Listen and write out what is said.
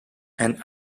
and